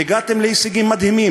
"הגעתם להישגים מדהימים,